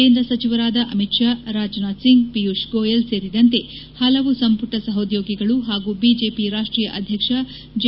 ಕೇಂದ್ರ ಸಚಿವರಾದ ಅಮಿತ್ ಶಾ ರಾಜನಾಥ್ ಸಿಂಗ್ ಪಿಯೂಶ್ ಗೋಯಲ್ ಸೇರಿದಂತೆ ಹಲವು ಸಂಪುಟ ಸಹೋದ್ಯೋಗಿಗಳು ಹಾಗೂ ಬಿಜೆಪಿ ರಾಷ್ಟೀಯ ಅಧ್ಯಕ್ಷ ಜೆ